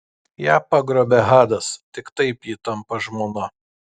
ją pagrobia hadas tik taip ji tampa žmona